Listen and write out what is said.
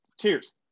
cheers